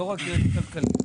לא רק יועץ כלכלי.